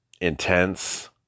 intense